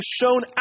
shown